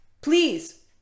please